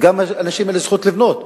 וגם לאנשים אלה זכות לבנות,